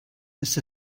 ist